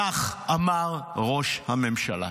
כך אמר ראש הממשלה: